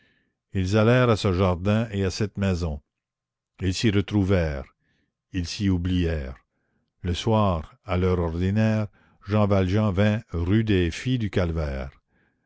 ils allèrent à ce jardin et à cette maison ils s'y retrouvèrent ils s'y oublièrent le soir à l'heure ordinaire jean valjean vint rue des